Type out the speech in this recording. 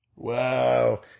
Wow